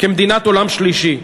כמדינת עולם שלישי.